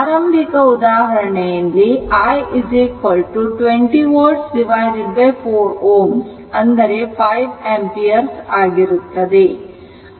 ಆರಂಭಿಕ ಉದಾಹರಣೆಯಲ್ಲಿ i 20 volt 4 Ω ಅಂದರೆ 5 ಆಂಪಿಯರ್ ಆಗಿರುತ್ತದೆ